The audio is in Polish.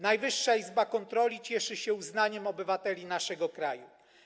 Najwyższa Izba Kontroli cieszy się uznaniem obywateli naszego kraju.